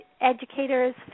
educators